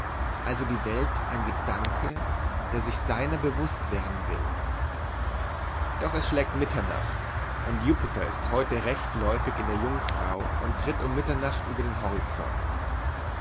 also die welt ein gedanke der sich seiner bewußt werden will doch es schlägt mitternacht und jupiter ist heute rechtläufig in der jungfrau und tritt um mitternacht über den horizont